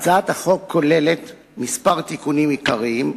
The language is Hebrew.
בהצעת החוק כמה תיקונים עיקריים,